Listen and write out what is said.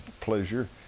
pleasure